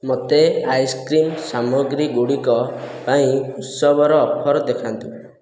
ମୋତେ ଆଇସ୍କ୍ରିମ୍ ସାମଗ୍ରୀଗୁଡ଼ିକ ପାଇଁ ଉତ୍ସବର ଅଫର୍ ଦେଖାନ୍ତୁ